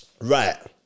right